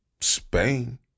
Spain